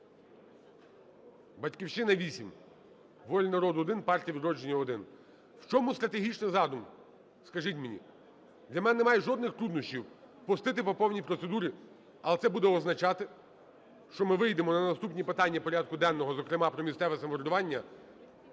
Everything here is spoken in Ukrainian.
"Батьківщина" – 8, "Воля народу" – 1, "Партія "Відродження" – 1. В чому стратегічний задум, скажіть мені? Для мене немає жодних труднощів пустити по повній процедурі, але це буде означати, що ми вийдемо на наступні питання порядку денного, зокрема про місцеве самоврядування,